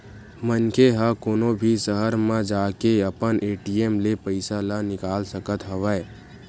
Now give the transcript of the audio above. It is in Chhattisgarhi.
मनखे ह कोनो भी सहर म जाके अपन ए.टी.एम ले पइसा ल निकाल सकत हवय